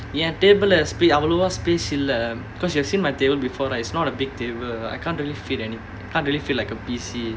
ஏன்:yaen table lah அவ்ளோவா:avlovaa space இல்ல:illa because you have seen my table before right it's not a big table I can't really fit any can't really fit like a P_C